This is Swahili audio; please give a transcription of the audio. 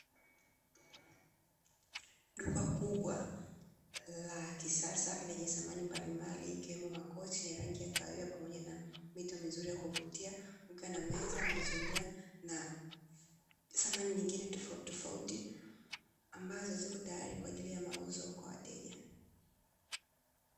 Duka kubwa la kisasa lenye samani mbalimbali ikiwemo makochi yenye rangi ya kahawia na mito mizuri ya kuvutia kukiwa na meza, mazulia na samani nyingine tofautitofauti ambazo ziko tayari kwaajili ya mauzo kwa wateja.